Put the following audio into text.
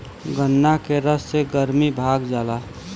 गन्ना के रस से गरमी भाग जाला